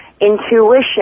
intuition